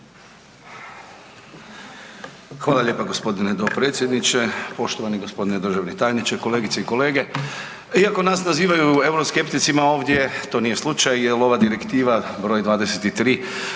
Hvala lijepa gospodine dopredsjedniče. Poštovani gospodine državni tajniče, kolegice i kolege, iako nas nazivaju euroskepticima ovdje to nije slučaj je ova Direktiva broj 23